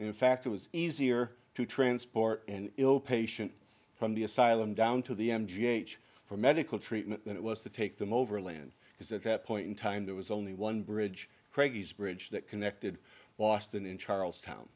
in fact it was easier to transport and ill patient from the asylum down to the m g h for medical treatment than it was to take them over land because at that point in time there was only one bridge craig bridge that connected boston in charlestown